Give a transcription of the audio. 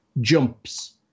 jumps